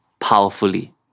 powerfully